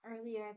earlier